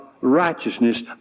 righteousness